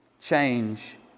change